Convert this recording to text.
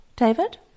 David